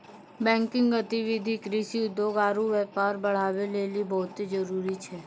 banking गतिविधि कृषि, उद्योग आरु व्यापार बढ़ाबै लेली बहुते जरुरी छै